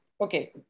Okay